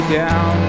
down